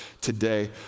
today